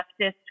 leftist